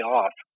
off